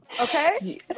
Okay